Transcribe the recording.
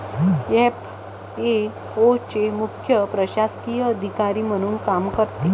FAO चे मुख्य प्रशासकीय अधिकारी म्हणून काम करते